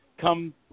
come